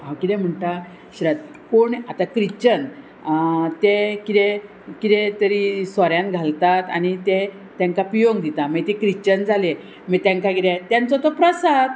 हांव किदें म्हणटा श्र कोण आतां क्रिश्चन ते किदें किदें तरी सोऱ्यान घालतात आनी तांकां पियोंक दिता मागीर तें क्रिश्चन जालें मागीर तांकां किदें तेंचो तो प्रसाद